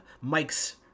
Mike's